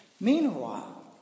Meanwhile